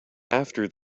after